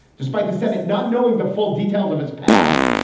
despite the senate not knowing the full details of its past.